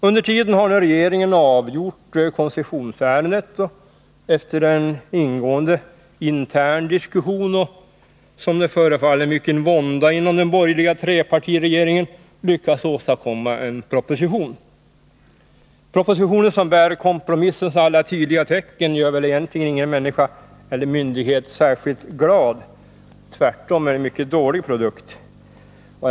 Under tiden har regeringen avgjort koncessionsärendet och efter en ingående intern diskussion samt, som det förefaller, mycken vånda inom den borgerliga trepartiregeringen lyckats åstadkomma en proposition. Propositionen, som bär kompromissens alla tydliga tecken, gör väl egentligen ingen människa eller myndighet särskilt glad. Tvärtom är det en mycket dålig produkt.